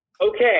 Okay